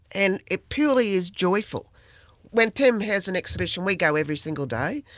and it purely is joyful when tim has an exhibition we go every single day.